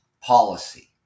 policy